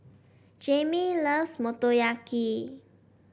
Jaimee loves Motoyaki